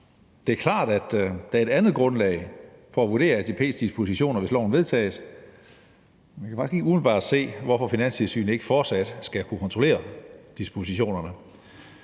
Det er klart, at der er et andet grundlag for at vurdere ATP's dispositioner, hvis loven vedtages, men jeg kan faktisk ikke se, hvorfor Finanstilsynet ikke fortsat skal kunne kontrollere dispositionerne.